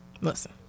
listen